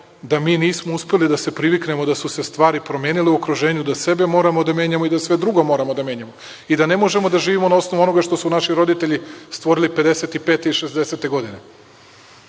da mi nismo uspeli da se priviknemo da su se stvari promenile u okruženju, da sebe moramo da menjamo i da sve drugo moramo da menjamo i da ne možemo da živimo na osnovu onoga što su naši roditelji stvorili 1955. i 1960. godine. Nekada